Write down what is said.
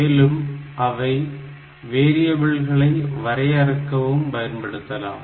மேலும் அவை வேரியபில்களை வரையறுக்கவும் பயன்படுத்தலாம்